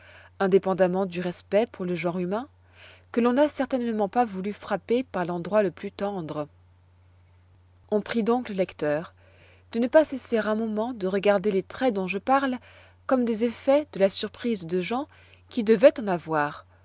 indépendamment du respect pour le genre humain que l'on n'a certainement pas voulu frapper par l'endroit le plus tendre on prie donc le lecteur de ne pas cesser un moment de regarder les traits dont je parle comme des effets de la surprise de gens qui devoient en avoir